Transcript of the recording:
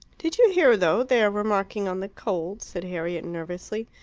did you hear, though, they are remarking on the cold? said harriet nervously.